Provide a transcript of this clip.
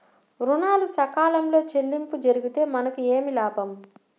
ఋణాలు సకాలంలో చెల్లింపు జరిగితే మనకు ఏమి లాభం?